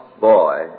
boy